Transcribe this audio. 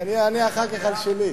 אני אענה אחר כך על שלי.